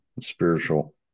spiritual